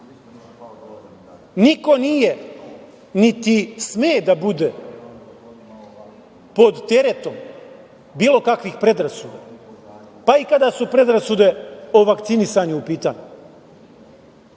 nije, niti sme da bude, pod teretom bilo kakvih predrasuda, pa i kada su predrasude o vakcinisanju u pitanju. Mi